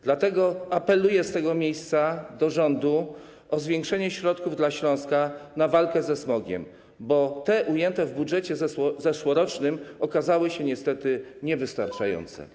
Dlatego apeluję z tego miejsca do rządu o zwiększenie środków dla Śląska na walkę ze smogiem, bo te ujęte w budżecie zeszłorocznym okazały się niestety niewystarczające.